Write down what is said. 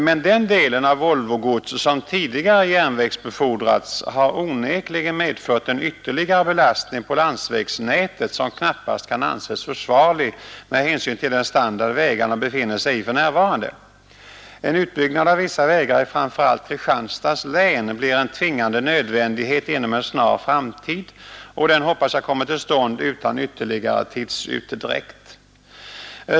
Men den del av Volvogods som tidigare järnvägsbefordrats har onekligen medfört en ytterligare belastning på landsvägsnätet, som knappast kan anses försvarlig med hänsyn till den standard vägarna befinner sig i för närvarande. En utbyggnad av vissa vägar i framför allt Kristianstads län blir en tvingande nödvändighet inom en snar framtid, och jag hoppas att denna utbyggnad kommer till stånd utan ytterligare tidsutdräkt.